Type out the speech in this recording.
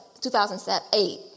2008